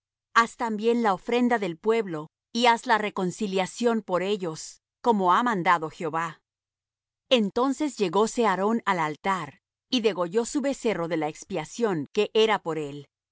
haz también la ofrenda del pueblo y haz la reconciliación por ellos como ha mandado jehová entonces llegóse aarón al altar y degolló su becerro de la expiación que era por él